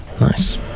Nice